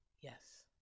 yes